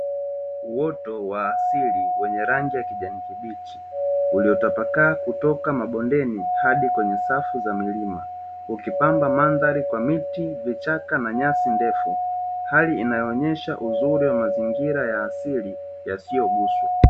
Uoto wa asili wenye rangi ya kijani kibichiulotapakaa kutoka mabondeni hadi kwenye safu za milima, ikipamba mandhari kwa miti vichaka na nyasi ndefu hali inayoosha mazingira ya asili yasiyoguswa.